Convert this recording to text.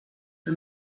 for